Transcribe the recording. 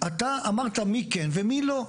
אתה אמרת מי כן ומי לא.